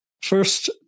First